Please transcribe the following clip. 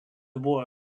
boa